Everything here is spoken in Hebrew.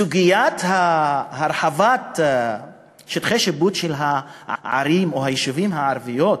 סוגיית הרחבת שטחי שיפוט של הערים או היישובים הערביים,